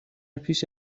پیش